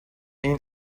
این